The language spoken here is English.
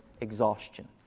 exhaustion